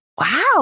Wow